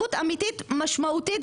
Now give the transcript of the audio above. אמיתית משמעותית,